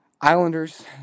Islanders